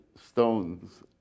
stones